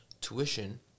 tuition